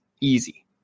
easy